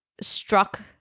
struck